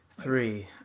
Three